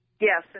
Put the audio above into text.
Yes